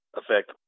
affect